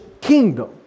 kingdom